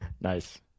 Nice